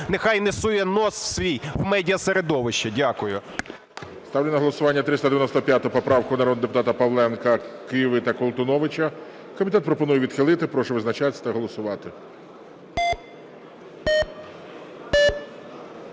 нехай не сує ніс свій в медіасередовище. Дякую. ГОЛОВУЮЧИЙ. Ставлю на голосування 395 поправку народних депутатів Павленка, Киви та Колтуновича. Комітет пропонує відхилити. Прошу визначатись та голосувати.